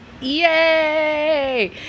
Yay